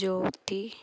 జ్యోతి